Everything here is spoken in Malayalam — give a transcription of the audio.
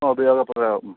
ഉപയോഗപ്രദമാകും ഉം